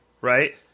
right